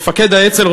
מפקד האצ"ל,